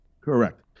Correct